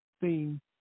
theme